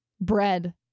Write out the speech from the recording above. bread